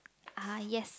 ah yes